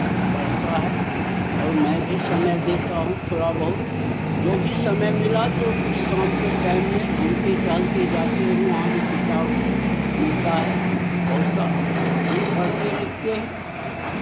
पढ़ता है और मैं भी समय देता हूँ थोड़ा बहुत जो भी समय मिला तो कुछ शाम के टाइम में घूमते टहलते जाते हूँ वहाँ भी किताब मिलता है बहुत सा वहीं पढ़ते लिखते हैं